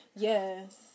Yes